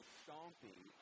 stomping